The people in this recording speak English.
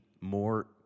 more